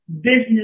business